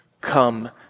come